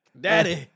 Daddy